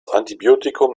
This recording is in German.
antibiotikum